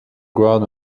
guard